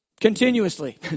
continuously